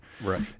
Right